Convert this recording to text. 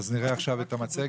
לגבי גופי ביטחון